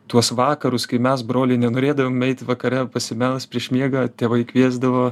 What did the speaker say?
tuos vakarus kai mes broliai nenorėdavom eit vakare pasimelst prieš miegą tėvai kviesdavo